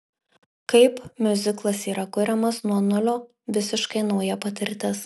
kaip miuziklas yra kuriamas nuo nulio visiškai nauja patirtis